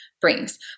brings